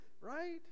right